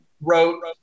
wrote